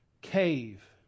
cave